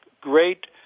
great